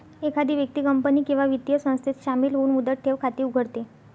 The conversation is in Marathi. एखादी व्यक्ती कंपनी किंवा वित्तीय संस्थेत शामिल होऊन मुदत ठेव खाते उघडते